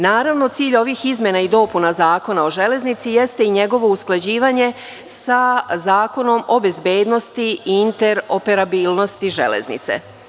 Naravno, cilj ovih izmena i dopuna Zakona o železnici jeste i njegovo usklađivanje sa Zakonom o bezbednosti i interoperabilnosti železnice.